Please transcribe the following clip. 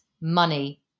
money